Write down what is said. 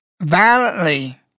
violently